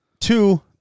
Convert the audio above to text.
two